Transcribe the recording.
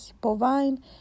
bovine